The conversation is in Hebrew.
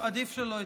עדיף שלא אתייחס,